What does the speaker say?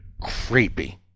creepy